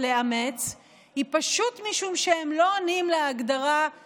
לאמץ היא פשוט משום שהם לא עונים להגדרה של